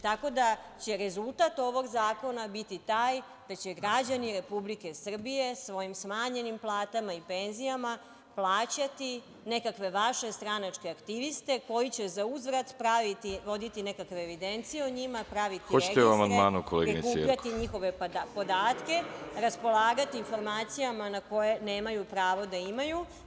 Tako da će rezultat ovog zakona biti taj gde će građani Republike Srbije svojim smanjenim platama i penzijama plaćati nekakve vaše stranačke aktiviste koji će zauzvrat praviti, voditi nekakve evidencije o njima, praviti registre, prikupljati njihove podatke, raspolagati informacijama na koje nemaju pravo da imaju.